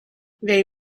they